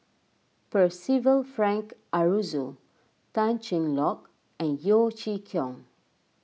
Percival Frank Aroozoo Tan Cheng Lock and Yeo Chee Kiong